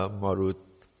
Marut